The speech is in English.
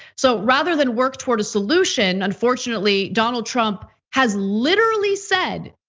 so, rather than work toward a solution unfortunately, donald trump has literally said,